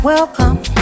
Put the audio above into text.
Welcome